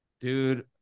Dude